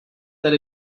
that